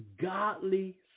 Godly